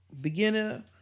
beginner